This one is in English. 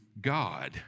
God